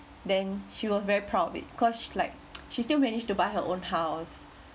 then she was very proud of it cause like she still managed to buy her own house